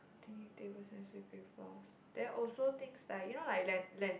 cleaning tables and sweeping floors there are also things like you know like lan~